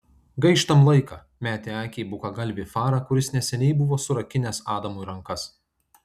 gaištam laiką metė akį į bukagalvį farą kuris neseniai buvo surakinęs adamui rankas